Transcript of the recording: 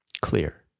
clear